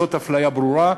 זאת אפליה ברורה,